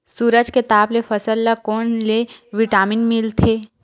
सूरज के ताप ले फसल ल कोन ले विटामिन मिल थे?